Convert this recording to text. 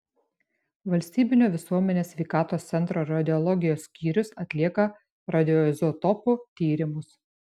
valstybinio visuomenės sveikatos centro radiologijos skyrius atlieka radioizotopų tyrimus